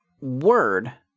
word